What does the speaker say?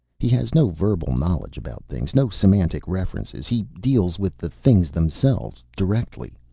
he has no verbal knowledge about things, no semantic references. he deals with the things themselves. directly.